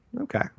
Okay